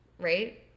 right